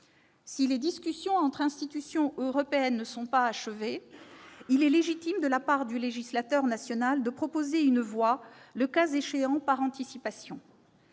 Si les discussions entre institutions européennes ne sont pas achevées, il est légitime de la part du législateur national de proposer une voie, le cas échéant par anticipation.